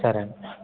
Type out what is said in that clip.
సరేండి